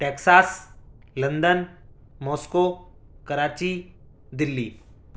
Texas London Moscow Karachi Delhi